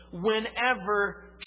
whenever